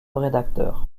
rédacteur